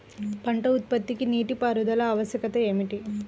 పంట ఉత్పత్తికి నీటిపారుదల ఆవశ్యకత ఏమి?